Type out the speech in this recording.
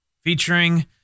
Featuring